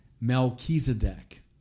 Melchizedek